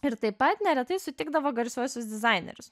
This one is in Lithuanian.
ir taip pat neretai sutikdavo garsiuosius dizainerius